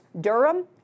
Durham